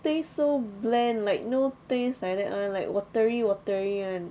taste so blend like no taste like that [one] like watery watery [one]